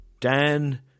Dan